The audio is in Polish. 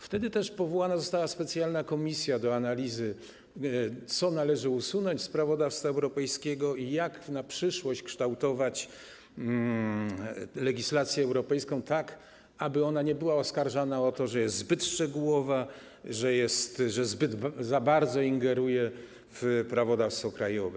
Wtedy też powołana została specjalna komisja do analizy, co należy usunąć z prawodawstwa europejskiego i jak w przyszłości kształtować legislację europejską, aby ona nie była oskarżana o to, że jest zbyt szczegółowa, że za bardzo ingeruje w prawodawstwo krajowe.